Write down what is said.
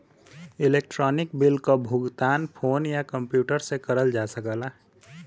electronic bill क भुगतान phone या कम्प्यूटर से करल जा सकला